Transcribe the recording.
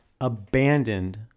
abandoned